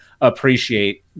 appreciate